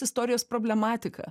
istorijos problematika